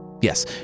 Yes